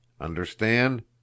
understand